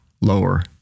lower